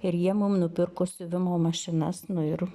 ir jie mum nupirko siuvimo mašinas nu ir